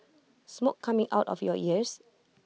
smoke coming out of your ears